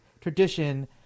tradition